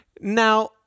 Now